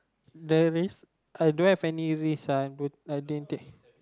the risk I don't have any risk I don't didn't take